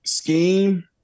Scheme